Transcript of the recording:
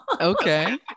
Okay